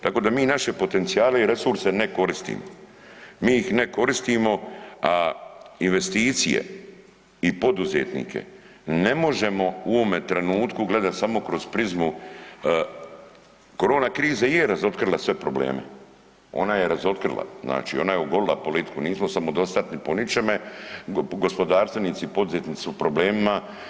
Tako da mi naše potencijale i resurse ne koristimo, mi ih ne koristimo, a investicije i poduzetnike ne možemo u ovome trenutku gledat samo kroz prizmu, korona krize je razotkrila sve probleme, ona je razotkrila, znači ona je ogolila politiku nismo samodostatni po ničeme, gospodarstvenici i poduzetnici u problemima.